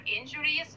injuries